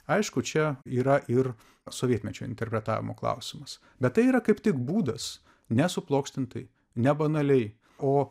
aišku čia yra ir sovietmečio interpretavimo klausimas bet tai yra kaip tik būdas nesuplokštintai nebanaliai o